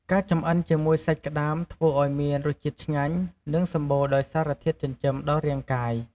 ការចម្អិនជាមួយសាច់ក្តាមធ្វើឱ្យមានរសជាតិឆ្ងាញ់ និងសម្បូរដោយសារធាតុចិញ្ចឹមដល់រាងកាយ។